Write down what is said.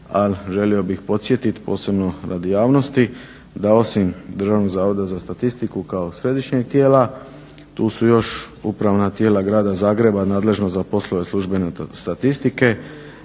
ali želio bih podsjetit posebno radi javnosti da osim Državnog zavoda za statistiku kao središnjeg tijela tu su još upravna tijela Grada Zagreba nadležno za poslove službene statistike